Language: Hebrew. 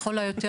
לכל היותר,